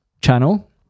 channel